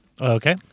Okay